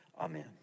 amen